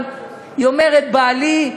והיא אומרת: בעלי,